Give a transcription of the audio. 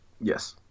yes